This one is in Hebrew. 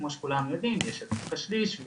כמו שכולנו יודעים יש את חוק השליש,